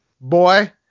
boy